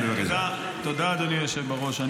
תודה, אדוני היושב בראש.